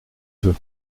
veux